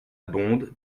bonde